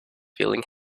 feeling